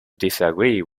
disagree